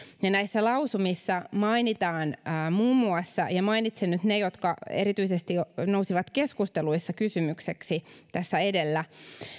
näissä lausumissa mainitaan muun muassa ja mainitsen nyt ne jotka erityisesti nousivat keskusteluissa kysymykseksi tässä edellä